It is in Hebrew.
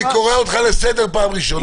אני קורא אותך לסדר בפעם הראשונה.